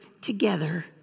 together